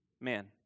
man